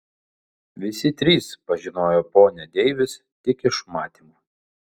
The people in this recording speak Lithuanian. visi trys pažinojo ponią deivis tik iš matymo